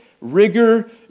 rigor